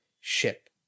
ship